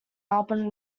album